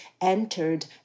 entered